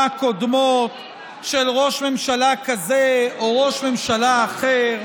קודמות של ראש ממשלה כזה או ראש ממשלה אחר.